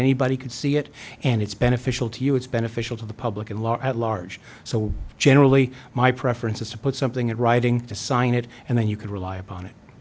anybody can see it and it's beneficial to you it's beneficial to the public and law at large so generally my preference is to put something in writing to sign it and then you can rely upon it